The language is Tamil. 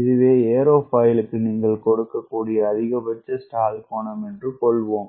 இதுவே ஏரோஃபாயிலுக்கு நீங்கள் கொடுக்கக்கூடிய அதிகபட்ச ஸ்டால் கோணம் என்று கொள்வோம்